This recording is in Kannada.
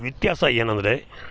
ವ್ಯತ್ಯಾಸ ಏನಂದರೆ